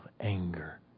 anger